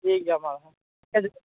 ᱴᱷᱤᱠ ᱜᱮᱭᱟ ᱢᱟ